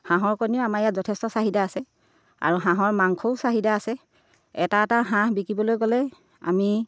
হাঁহৰ কণীও আমাৰ ইয়াত যথেষ্ট চাহিদা আছে আৰু হাঁহৰ মাংসও চাহিদা আছে এটা এটা হাঁহ বিকিবলৈ গ'লে আমি